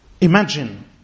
Imagine